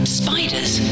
spiders